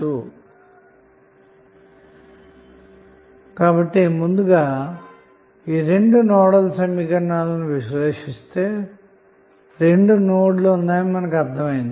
vlcsnap 2019 08 31 18h38m34s517 vlcsnap 2019 08 31 18h39m00s379 ముందుగా ఈ రెండు నోడల్ సమీకరణాలు విశ్లేషిస్తే రెండు నోడ్లు ఉన్నట్లు మనకు అర్ధం అవుతుంది